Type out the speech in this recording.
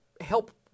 help